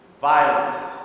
Violence